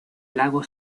lago